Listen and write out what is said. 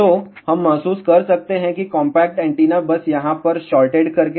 तो हम महसूस कर सकते हैं कि कॉम्पैक्ट एंटीना बस यहाँ पर शॉर्टेड करके